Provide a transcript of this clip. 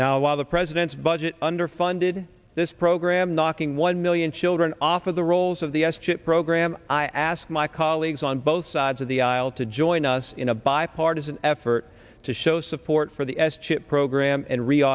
now while the president's budget under funded this program knocking one million children off of the rolls of the s chip program i ask my colleagues on both sides of the aisle to join us in a bipartisan effort to show support for the s chip program and r